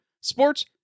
sports